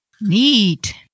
Neat